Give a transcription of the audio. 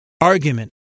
argument